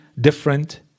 different